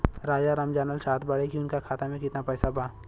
राजाराम जानल चाहत बड़े की उनका खाता में कितना पैसा बा?